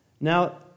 Now